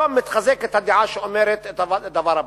היום מתחזקת הדעה שאומרת את הדבר הבא: